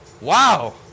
wow